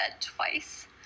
twice